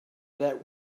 that